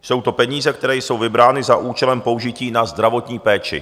Jsou to peníze, které jsou vybrány za účelem použití na zdravotní péči.